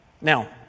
Now